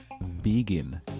vegan